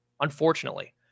unfortunately